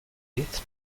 hit